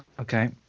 Okay